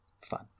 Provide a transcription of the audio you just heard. fun